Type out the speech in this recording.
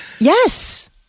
Yes